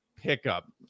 pickup